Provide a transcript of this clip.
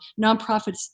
nonprofits